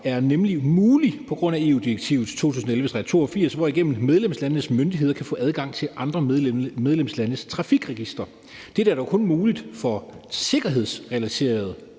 er nemlig mulig på grund af EU-direktivet 2011/82, hvorigennem medlemslandenes myndigheder kan få adgang til andre medlemslandes trafikregistre. Dette er dog kun muligt i forbindelse med sikkerhedsrelaterede